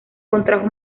contrajo